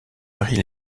marie